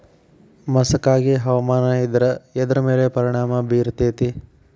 ಮಸಕಾಗಿ ಹವಾಮಾನ ಇದ್ರ ಎದ್ರ ಮೇಲೆ ಪರಿಣಾಮ ಬಿರತೇತಿ?